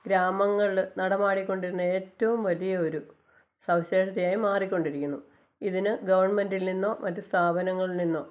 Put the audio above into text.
ഗ്രാമങ്ങളില് നടമാടിക്കൊണ്ടിരുന്ന ഏറ്റവും വലിയ ഒരു സവിശേഷതയായി മാറിക്കൊണ്ടിരിക്കുന്നു ഇതിന് ഗവണ്മെൻറ്റില് നിന്നോ മറ്റ് സ്ഥാപനങ്ങളില് നിന്നോ